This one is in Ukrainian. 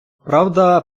правда